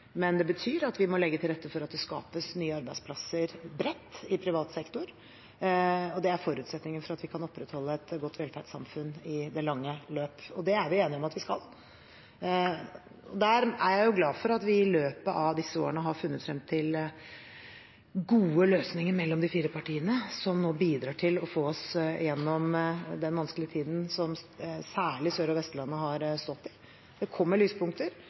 Det betyr at vi må legge til rette for at det skapes nye arbeidsplasser bredt i privat sektor. Det er forutsetningen for at vi skal kunne opprettholde et godt velferdssamfunn i det lange løp. Det er vi enige om at vi skal. Jeg er glad for at vi i løpet av disse årene har funnet frem til gode løsninger mellom de fire partiene, som nå bidrar til å få oss gjennom den vanskelige tiden som særlig Sør- og Vestlandet har stått i. Det kommer lyspunkter,